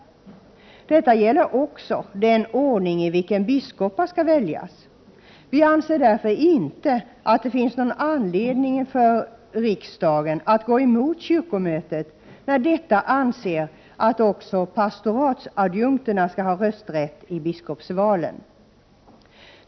Detta gäller också den ordning i vilken biskopar skall väljas. Vi anser därför inte att det finns någon anledning för riksdagen att gå emot kyrkomötet när detta anser att även pastoratsadjunkterna skall ha rösträtt i biskopsvalen.